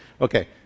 Okay